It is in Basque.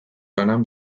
banan